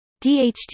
DHT